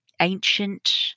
ancient